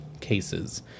cases